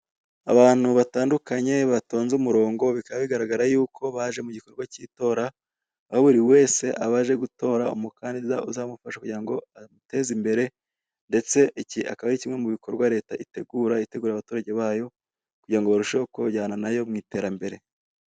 Abantu batandukanye batonze umurongo bikaba bigaragara yuko baje mu gikorwa k'itora aho buri wese aba aje gutora umukandida uzamufasha kugira ngo aduteze imbere ndetse iki akaba ari kimwe mu bikorwa leta itegura, itegura abaturage bayo kugira ngo barusheho kujyana nayo mu iterambere.